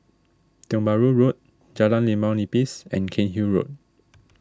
Tiong Bahru Road Jalan Limau Nipis and Cairnhill Road